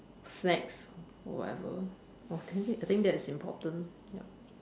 snacks or whatever oh dammit I think that is important yup